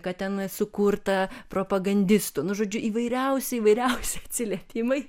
kad ten sukurta propagandisto nu žodžiu įvairiausi įvairiausi atsiliepimai